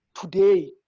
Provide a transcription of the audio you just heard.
today